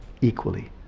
equally